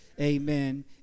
amen